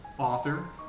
author